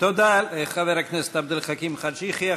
תודה לחבר הכנסת עבד אל חכים חאג' יחיא.